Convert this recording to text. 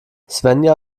svenja